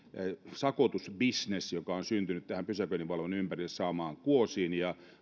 sakotusbisnes joka on syntynyt tähän pysäköinninvalvonnan ympärille saamaan kuosiin